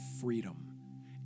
freedom